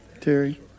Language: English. Terry